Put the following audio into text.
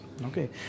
Okay